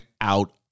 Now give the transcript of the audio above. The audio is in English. out